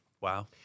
Wow